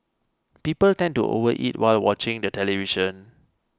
people tend to overeat while watching the television